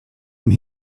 when